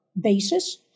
basis